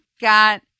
got